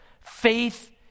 faith